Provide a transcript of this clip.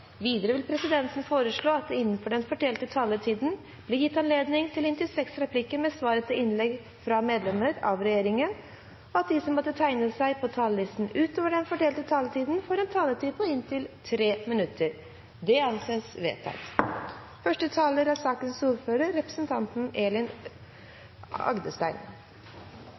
Videre vil presidenten foreslå at det blir gitt anledning til inntil seks replikker med svar etter innlegg fra medlemmer av regjeringen innenfor den fordelte taletid, og at de som måtte tegne seg på talerlisten utover den fordelte taletid, får en taletid på inntil 3 minutter. – Det anses vedtatt.